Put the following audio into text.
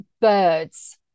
birds